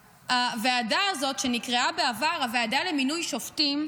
הוועדה הזאת, שנקראה בעבר הוועדה למינוי שופטים,